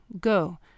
Go